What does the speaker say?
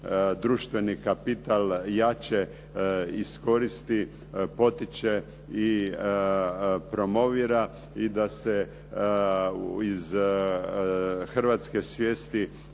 društveni kapital jače iskoristi, potiče i promovira i da se iz hrvatske svijesti